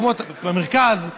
במרכז,